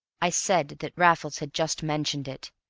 i said that raffles had just mentioned it,